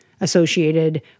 associated